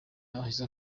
ahise